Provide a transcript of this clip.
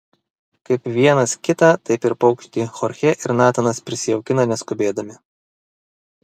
kaip vienas kitą taip ir paukštį chorchė ir natanas prisijaukina neskubėdami